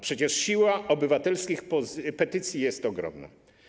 Przecież siła obywatelskich petycji jest ogromna.